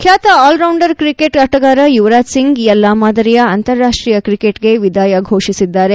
ಖ್ಯಾತ all rounder cricket ಆಟಗಾರ ಯುವರಾಜ್ ಸಿಂಗ್ ಎಲ್ಲ ಮಾದರಿಯ ಅಂತಾರಾಷ್ವೀಯ ಕ್ರಿಕೆಟ್ಗೆ ವಿದಾಯ ಫೋಷಿಸಿದ್ದಾರೆ